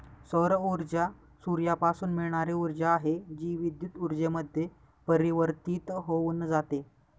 सौर ऊर्जा सूर्यापासून मिळणारी ऊर्जा आहे, जी विद्युत ऊर्जेमध्ये परिवर्तित होऊन जाते